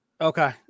Okay